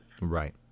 Right